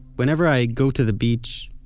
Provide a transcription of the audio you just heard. whenever i go to the beach,